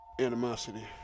animosity